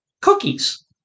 cookies